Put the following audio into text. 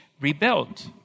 rebuilt